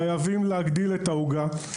חייבים להגדיל את העוגה,